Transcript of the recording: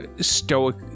stoic